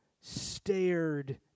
stared